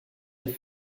les